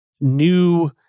new